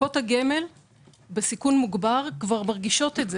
קופות הגמל בסיכון מוגבר כבר מרגישות את זה